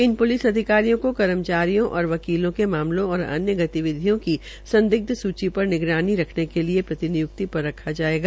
इन police अधिकारियों को कर्मचारियों और वकीलों के मामलों और अन्य गतिविधियों की संदिग्ध स्ची र निगरानी रखने के लिये प्रतिनिय्क्ति र रखा जायेगा